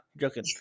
joking